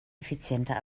effizienter